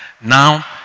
Now